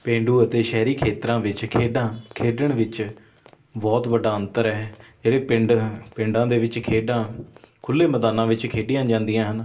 ਪੇਂਡੂ ਅਤੇ ਸ਼ਹਿਰੀ ਖੇਤਰਾਂ ਵਿੱਚ ਖੇਡਾਂ ਖੇਡਣ ਵਿੱਚ ਬਹੁਤ ਵੱਡਾ ਅੰਤਰ ਹੈ ਜਿਹੜੇ ਪਿੰਡ ਪਿੰਡਾਂ ਦੇ ਵਿੱਚ ਖੇਡਾਂ ਖੁੱਲ੍ਹੇ ਮੈਦਾਨਾਂ ਵਿੱਚ ਖੇਡੀਆਂ ਜਾਂਦੀਆਂ ਹਨ